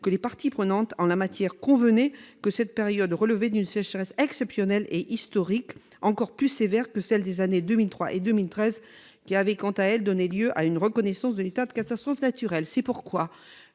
que les parties prenantes en la matière conviennent que cette période relevait d'une sécheresse exceptionnelle et historique, encore plus sévère que celles des années 2003 et 2013 qui avaient, quant à elles, donné lieu à une reconnaissance de l'état de catastrophe naturelle. C'est pourquoi